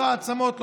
לא עצמות,